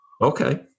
Okay